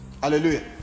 Hallelujah